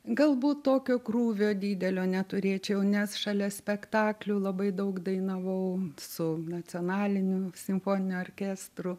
galbūt tokio krūvio didelio neturėčiau nes šalia spektaklių labai daug dainavau su nacionaliniu simfoniniu orkestru